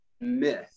myth